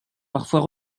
parfois